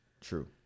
True